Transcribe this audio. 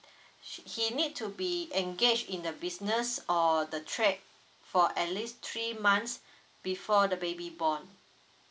she he need to be engaged in the business or the trade for at least three months before the baby born